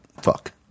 Fuck